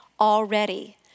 already